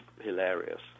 hilarious